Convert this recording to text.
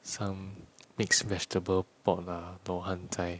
some mixed vegetable pot lah 罗汉斋